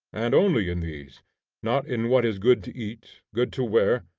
and only in these not in what is good to eat, good to wear,